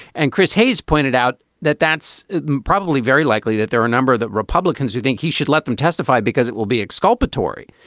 and chris hayes pointed out that that's probably very likely that there are a number that republicans who think he should let them testify because it will be exculpatory.